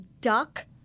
duck